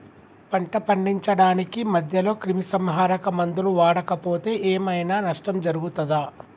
పంట పండించడానికి మధ్యలో క్రిమిసంహరక మందులు వాడకపోతే ఏం ఐనా నష్టం జరుగుతదా?